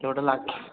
तेवढं लागतं